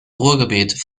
ruhrgebiet